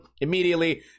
immediately